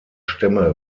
stämme